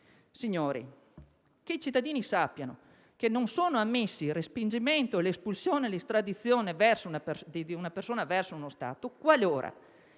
capirlo bene. I cittadini sappiano che non sono ammessi il respingimento, l'espulsione e l'estradizione di una persona verso uno Stato qualora